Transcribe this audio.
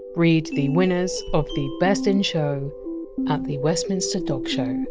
read the winners of the best in show at the westminster dog show.